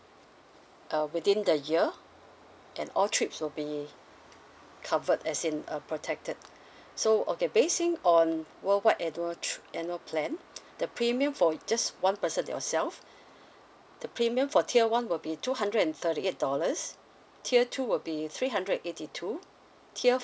uh within the year and all trips will be covered as in a protected so okay basing on worldwide annual trip annual plan the premium for just one person yourself the premium for tier one will be two hundred and thirty eight dollars tier two will be three hundred and eighty two tier